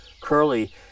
Curly